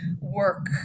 work